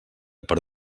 per